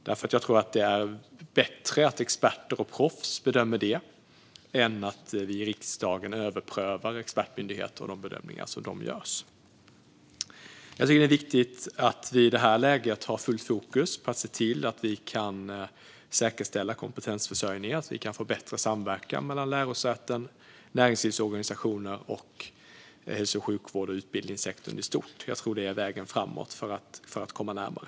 Jag tror nämligen att det är bättre att experter och proffs bedömer det än att vi i riksdagen överprövar expertmyndigheterna och de bedömningar som de gör. Det är viktigt att vi i detta läge har fullt fokus på att se till att vi kan säkerställa kompetensförsörjningen och att vi kan få bättre samverkan mellan lärosäten, näringslivsorganisationer och hälso och sjukvård samt utbildningssektorn i stort. Jag tror att det är vägen framåt för att komma närmare.